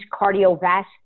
cardiovascular